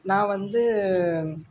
நான் வந்து